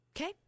okay